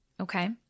Okay